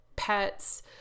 pets